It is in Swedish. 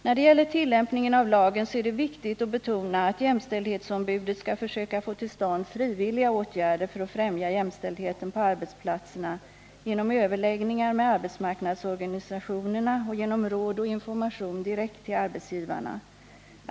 När det gäller tillämpningen av lagen är det viktigt att betona att jämställdhetsombudet skall försöka få till stånd frivilliga åtgärder för att främja jämställdheten på arbetsplatserna genom överläggningar med arbetsmarknadsorganisationerna och genom råd och information direkt till arbetsgivarna.